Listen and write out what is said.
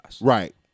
Right